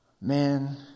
man